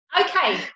Okay